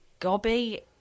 gobby